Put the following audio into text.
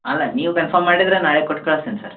ಅಲ್ಲ ನೀವು ಕಂಫರ್ಮ್ ಮಾಡಿದರೆ ನಾಳೆ ಕೊಟ್ಟು ಕಳಸ್ತೀನಿ ಸರ್